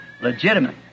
legitimate